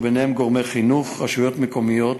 ובהם גורמי חינוך ורשויות מקומיות,